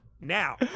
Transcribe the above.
Now